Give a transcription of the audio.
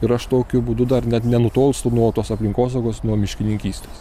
ir aš tokiu būdu dar net nenutolstu nuo tos aplinkosaugos nuo miškininkystės